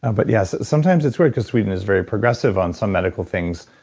and but yes, sometimes it's weird because sweden is very progressive on some medical things,